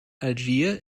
algier